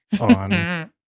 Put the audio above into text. on